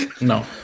No